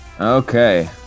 Okay